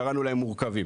קראנו להם מורכבים.